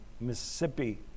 Mississippi